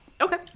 Okay